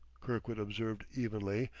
kirkwood observed evenly,